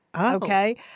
Okay